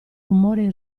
rumore